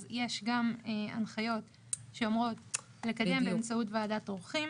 אז יש גם הנחיות שאומרות לקדם באמצעות ועדת עורכים